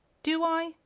do i?